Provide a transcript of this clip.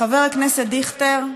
חבר הכנסת דיכטר,